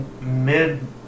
mid